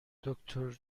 دکتر